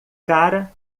cara